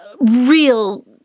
Real